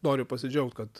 noriu pasidžiaugt kad